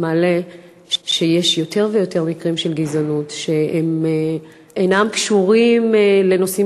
מעלה שיש יותר ויותר מקרים של גזענות שאינם קשורים לנושאים